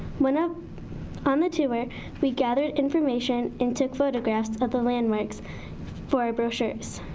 when ah on the tour, we gathered information and took photographs of the landmarks for our brochures.